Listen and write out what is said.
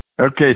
Okay